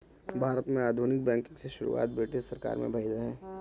भारत में आधुनिक बैंकिंग के शुरुआत ब्रिटिस सरकार में भइल रहे